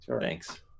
Thanks